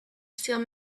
still